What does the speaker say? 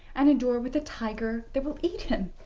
and a door with a tiger that will eat him.